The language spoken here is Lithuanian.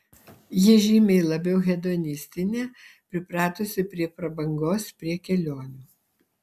ji žymiai labiau hedonistinė pripratusi prie prabangos prie kelionių